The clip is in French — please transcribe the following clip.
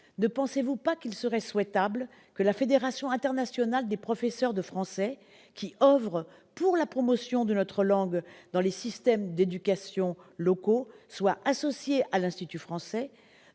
Ne pensez-vous pas souhaitable que la Fédération internationale des professeurs de français, qui oeuvre aujourd'hui pour la promotion de notre langue dans les systèmes d'éducation locaux, soit associée à l'Institut français